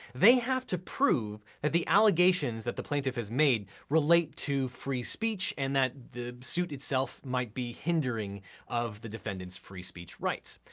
they have to prove that the allegations that the plaintiff has made relate to free speech and that the suit itself might be hindering of the defendant's free speech rights.